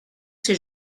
ces